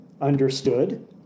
understood